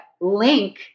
link